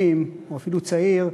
או אפילו צעיר,